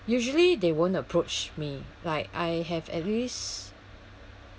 usually they won't approach me like I have at least